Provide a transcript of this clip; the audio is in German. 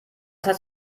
heißt